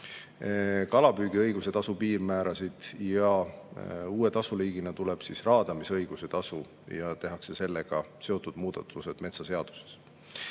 kalapüügiõiguse tasu piirmäärasid. Uue tasuliigina tuleb raadamisõiguse tasu ja tehakse sellega seotud muudatused metsaseaduses.